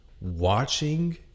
watching